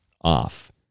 off